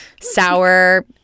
Sour